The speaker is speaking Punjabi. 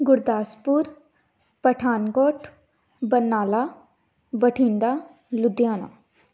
ਗੁਰਦਾਸਪੁਰ ਪਠਾਨਕੋਟ ਬਰਨਾਲਾ ਬਠਿੰਡਾ ਲੁਧਿਆਣਾ